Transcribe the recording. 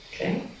Okay